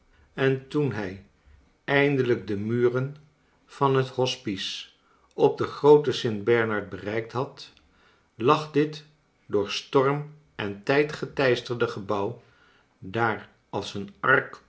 en toen hij eindelijk de muren van het hospice op den grooten st bernard bereikt had lag dit door storm en tijd geteisterde gebouw daar als een